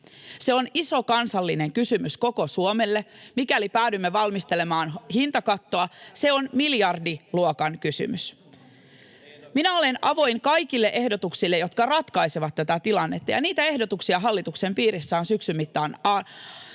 Se on iso kansallinen kysymys koko Suomelle, mikäli päädymme valmistelemaan hintakattoa. Se on miljardiluokan kysymys. Minä olen avoin kaikille ehdotuksille, jotka ratkaisevat tätä tilannetta, ja niitä ehdotuksia hallituksen piirissä on syksyn mittaan